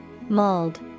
Mold